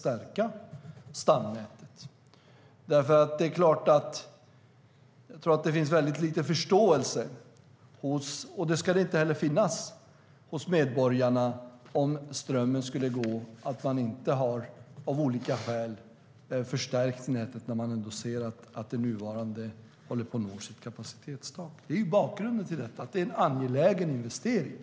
Ifall strömmen skulle gå tror jag att det finns väldigt liten förståelse hos medborgarna - och så ska det vara - för att man av olika skäl inte har förstärkt nätet när man ser att det nuvarande håller på att nå sitt kapacitetstak. Bakgrunden till detta är att det är en angelägen investering.